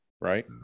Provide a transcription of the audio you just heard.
Right